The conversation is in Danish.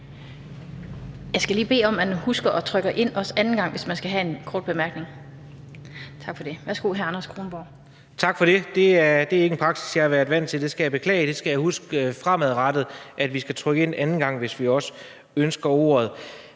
Jeg skal lige bede om, at man husker at trykke ind, også anden gang, hvis man skal have en kort bemærkning. Tak for det. Værsgo, hr. Anders Kronborg. Kl. 11:52 Anders Kronborg (S): Tak for det. Det er ikke en praksis, jeg har været vant til. Det skal jeg beklage, og det skal jeg huske fremadrettet, altså at vi skal trykke ind anden gang, hvis vi ønsker ordet